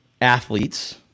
athletes